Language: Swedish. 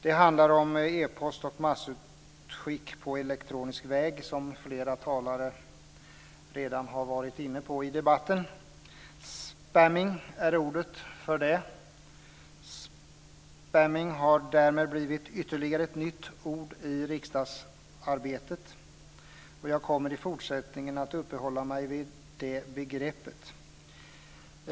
Det handlar om e-post och massutskick på elektronisk väg, som flera talare redan har varit inne på i debatten. Spamming är ordet för detta. Spamming har därmed blivit ytterligare ett nytt ord i riksdagsarbetet. Jag kommer i fortsättningen att uppehålla mig vid det begreppet.